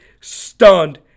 stunned